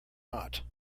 not